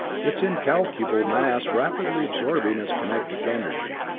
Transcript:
its incalculable mass rapidly absorbing its kinetic energy.